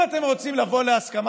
אז אם אתם רוצים לבוא להסכמה,